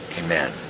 Amen